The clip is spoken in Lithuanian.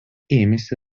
ėmėsi